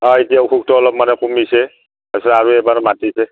হয় এতিয়া অসুখটো অলপ মানে কমিছে তাৰপিছত আৰু এইবাৰ মাতিছে